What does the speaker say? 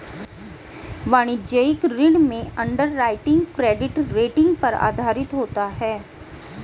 वाणिज्यिक ऋण में अंडरराइटिंग क्रेडिट रेटिंग पर आधारित होता है